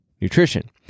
nutrition